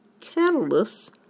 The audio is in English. catalysts